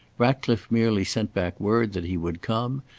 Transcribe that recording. ratcliffe merely sent back word that he would come,